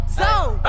zone